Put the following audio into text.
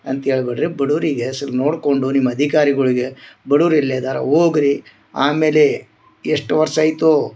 ಅಂತೇಳ ಬ್ಯಾಡ್ರಿ ಬಡವರಿಗೆ ಸೊಲ್ಪ ನೋಡ್ಕೊಂಡು ನಿಮ್ಮ ಅಧಿಕಾರಿಗೊಳಿಗೆ ಬಡುವ್ರ ಎಲ್ಲಿ ಅಧಾರ ಹೋಗ್ರಿ ಆಮೇಲೆ ಎಷ್ಟು ವರ್ಷ ಆಯಿತೋ